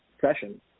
session